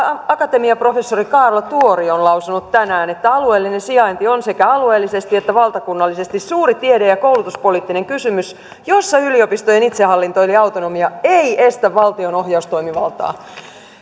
akatemiaprofessori kaarlo tuori on lausunut tänään että alueellinen sijainti on sekä alueellisesti että valtakunnallisesti suuri tiede ja koulutuspoliittinen kysymys jossa yliopistojen itsehallinto eli autonomia ei estä valtion ohjaustoimivaltaa